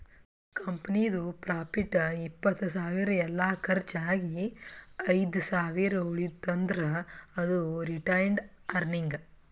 ಕಂಪನಿದು ಪ್ರಾಫಿಟ್ ಇಪ್ಪತ್ತ್ ಸಾವಿರ ಎಲ್ಲಾ ಕರ್ಚ್ ಆಗಿ ಐದ್ ಸಾವಿರ ಉಳಿತಂದ್ರ್ ಅದು ರಿಟೈನ್ಡ್ ಅರ್ನಿಂಗ್